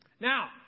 Now